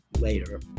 later